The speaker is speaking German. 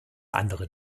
andere